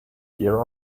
hear